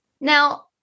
Now